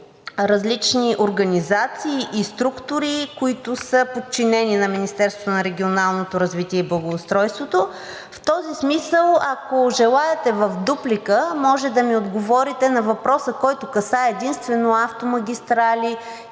В този смисъл, ако желаете в дуплика, може да ми отговорите на въпроса, който касае единствено „Автомагистрали“